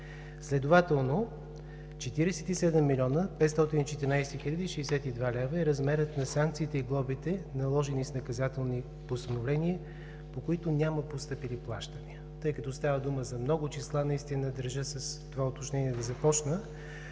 Следователно, 47 514 062 лв. е размерът на санкциите и глобите, наложени с наказателни постановления, по които няма постъпили плащания. Тъй като става дума за много числа, наистина държа да започна